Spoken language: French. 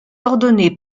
ordonné